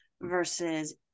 versus